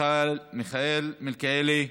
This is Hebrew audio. מיכאל מלכיאלי,